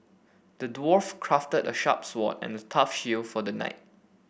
the dwarf crafted a sharp sword and a tough shield for the knight